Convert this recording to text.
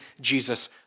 Jesus